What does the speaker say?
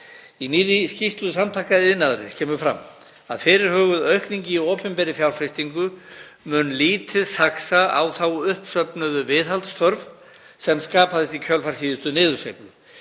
Í nýrri skýrslu Samtaka iðnaðarins kemur fram að fyrirhuguð aukning í opinberri fjárfestingu mun lítið saxa á þá uppsöfnuðu viðhaldsþörf sem skapaðist í kjölfar síðustu niðursveiflu.